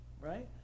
right